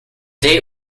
date